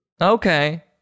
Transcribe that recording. Okay